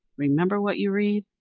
remember what you read,